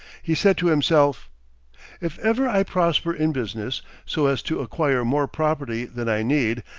he said to himself if ever i prosper in business so as to acquire more property than i need,